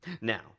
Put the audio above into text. Now